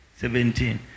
Seventeen